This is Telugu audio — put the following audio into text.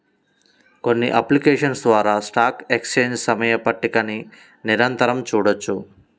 కొన్ని అప్లికేషన్స్ ద్వారా స్టాక్ ఎక్స్చేంజ్ సమయ పట్టికని నిరంతరం చూడొచ్చు